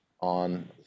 on